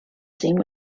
scene